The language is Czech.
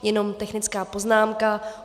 Jenom technická poznámka.